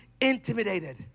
intimidated